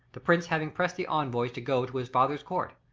the prince having pressed the envoys to go to his father's court.